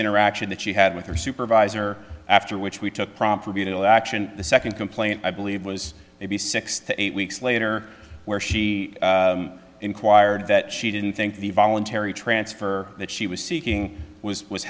interaction that she had with her supervisor after which we took proper butyl action the second complaint i believe was maybe six to eight weeks later where she inquired that she didn't think the voluntary transfer that she was seeking was w